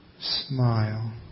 smile